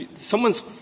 someone's